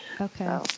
Okay